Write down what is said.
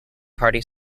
party